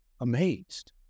amazed